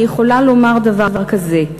אני יכולה לומר דבר כזה: